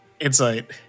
Insight